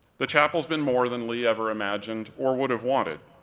the chapel's been more than lee ever imagined or would've wanted.